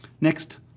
Next